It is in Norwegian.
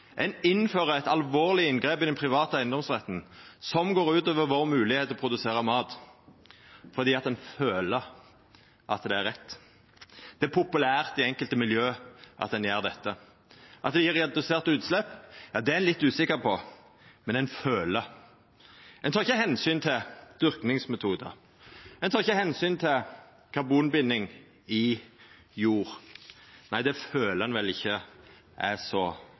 Ein innfører eit alvorleg inngrep i den private eigedomsretten som går ut over vår moglegheit til å produsera mat, fordi ein «føler» at det er rett. Det er populært i enkelte miljø at ein gjer dette. At det gjev reduserte utslepp, er ein litt usikker på, men ein føler det. Ein tek ikkje omsyn til dyrkingsmetodar. Ein tek ikkje omsyn til karbonbinding i jord. Nei, det føler ein vel ikkje er så